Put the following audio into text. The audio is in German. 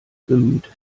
bemüht